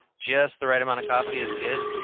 just the right amount of coffee is good.